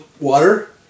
water